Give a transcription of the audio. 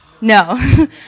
No